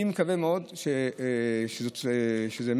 אני מקווה מאוד שזה יניח,